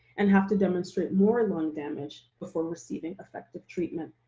and have to demonstrate more lung damage before receiving effective treatment.